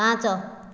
ପାଞ୍ଚ